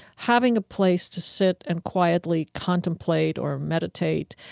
having a place to sit and quietly contemplate or meditate,